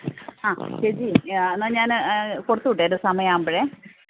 ആ ചേച്ചി എന്നാൽ ഞാൻ കൊടുത്തു വിട്ടേര് സമയമാവുമ്പോഴേ